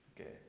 okay